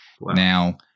Now